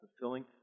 Fulfilling